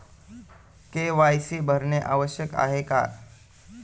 KYC भरणे आवश्यक आहे का?